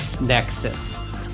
Nexus